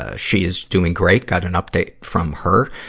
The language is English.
ah she is doing great. got an update from her,